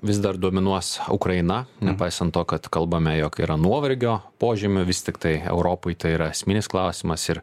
vis dar dominuos ukraina nepaisant to kad kalbame jog yra nuovargio požymių vis tiktai europai tai yra esminis klausimas ir